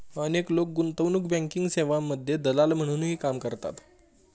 अनेक लोक गुंतवणूक बँकिंग सेवांमध्ये दलाल म्हणूनही काम करतात